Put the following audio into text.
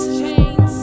chains